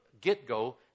get-go